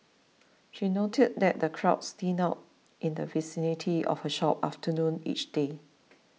she noted that the crowds thin out in the vicinity of her shop after noon each day